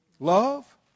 Love